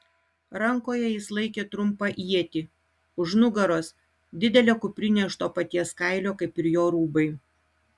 rankoje jis laikė trumpą ietį už nugaros didelė kuprinė iš to paties kailio kaip ir jo rūbai